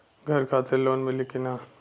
घर खातिर लोन मिली कि ना?